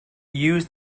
uses